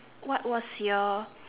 what was your